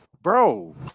Bro